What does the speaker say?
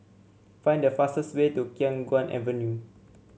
find the fastest way to Khiang Guan Avenue